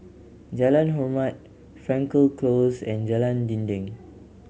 Jalan Hormat Frankel Close and Jalan Dinding